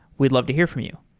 we'd love to hear from you.